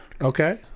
okay